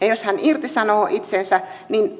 jos hän irtisanoo itsensä